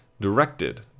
Directed